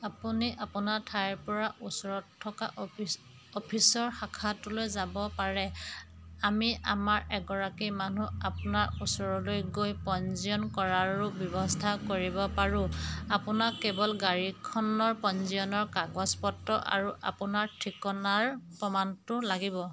আপুনি আপোনাৰ ঠাইৰপৰা ওচৰত থকা অফিচ অফিচৰ শাখাটোলৈ যাব পাৰে আমি আমাৰ এগৰাকী মানুহ আপোনাৰ ওচৰলৈ গৈ পঞ্জীয়ন কৰাৰো ব্যৱস্থা কৰিব পাৰোঁ আপোনাক কেৱল গাড়ীখনৰ পঞ্জীয়নৰ কাগজ পত্ৰ আৰু আপোনাৰ ঠিকনাৰ প্ৰমাণটো লাগিব